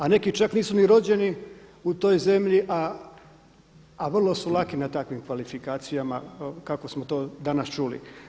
A neki čak nisu ni rođeni u toj zemlji, a vrlo su laki na takvim kvalifikacijama kako smo to danas čuli.